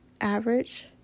average